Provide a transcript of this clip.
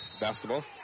basketball